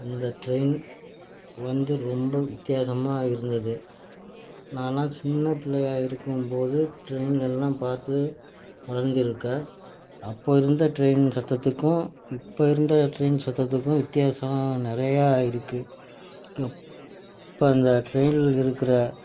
அந்த ட்ரெயின் வந்து ரொம்ப வித்தியாசமாக இருந்தது நானெலாம் சின்னப் பிள்ளையா இருக்கும்போது ட்ரெயின்லெலாம் பார்த்து வளர்ந்துருக்கேன் அப்போ இருந்த ட்ரெயின் சத்தத்துக்கும் இப்போ இருந்த ட்ரெயின் சத்தத்துக்கும் வித்தியாசம் நிறையா இருக்குது இப்போ இந்த ட்ரெயினில் இருக்கிற